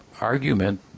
argument